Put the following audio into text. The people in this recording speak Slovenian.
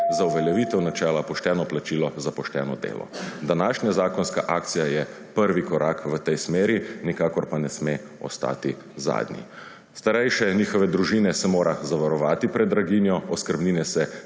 za uveljavitev načela Pošteno plačilo za pošteno delo. Današnja zakonska akcija je prvi korak v tej smeri, nikakor pa ne sme ostati zadnji. Starejše in njihove družine se mora zavarovati pred draginjo, oskrbnine se